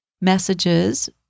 messages